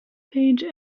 page